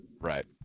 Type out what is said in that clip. right